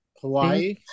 Hawaii